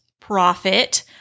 profit